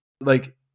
like-